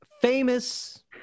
Famous